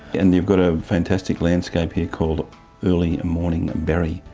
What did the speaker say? and you've got a fantastic landscape here called early morning, berry,